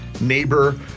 neighbor